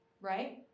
Right